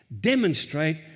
demonstrate